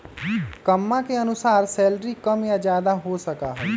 कम्मा के अनुसार सैलरी कम या ज्यादा हो सका हई